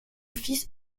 fils